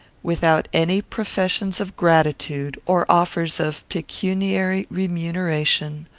without any professions of gratitude, or offers of pecuniary remuneration,